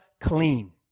clean